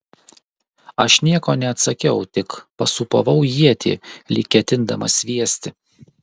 aš nieko neatsakiau tik pasūpavau ietį lyg ketindamas sviesti